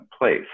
place